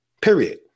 Period